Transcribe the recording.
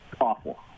Awful